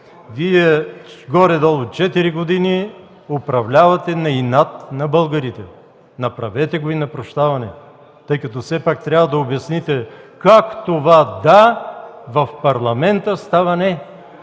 го. Горе-долу четири години Вие управлявате на инат на българите. Направете го и на прощаване, тъй като все пак трябва да обясните как това „да”, в парламента става „не”.